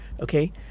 okay